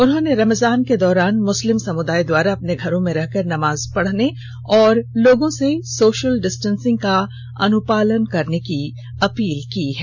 उन्होंने रमजान के दौरान मुस्लिम समुदाय द्वारा अपने घरों में रहकर नमाज पढ़ने और लोगों से सोषल डिस्टेंसिंग का अनुपालन करने की अपील की है